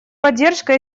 поддержка